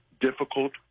difficult